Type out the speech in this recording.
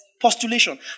postulation